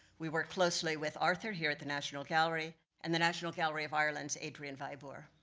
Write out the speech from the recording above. we work closely with arthur, here at the national gallery, and the national gallery of ireland's adriaan waiboer.